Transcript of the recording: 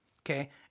Okay